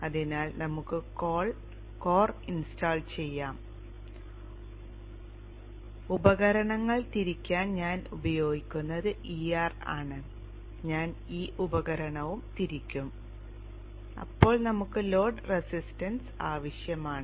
അതിനാൽ നമുക്ക് core install ചെയ്യാം ഉപകരണങ്ങൾ തിരിക്കാൻ ഞാൻ ഉപയോഗിക്കുന്നത് ER ആണ് ഞാൻ ഈ ഉപകരണവും തിരിക്കും അപ്പോൾ നമുക്ക് ലോഡ് റെസിസ്റ്റൻസ് ആവശ്യമാണ്